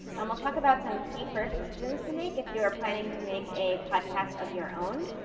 um we'll talk about some key first decisions to make if you're planning to make a podcast of your own.